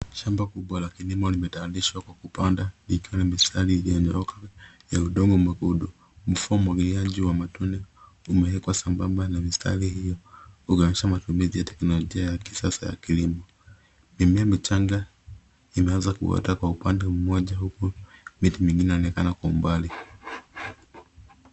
Shamba kubwa la kilimo limetandishwa kwa kupanda, likiwa na mistari iliyonyooka ya udongo mwekundu. Mfumo wa umwagiliaji wa matone umeekwa sambamba na mistari hiyo, ukionyesha matumizi ya teknolojia ya kisasa ya kilimo. Mimea michanga imeanza kuota kwa upande mmoja, huku miti mingine ikionekana kwa umbali.